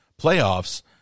playoffs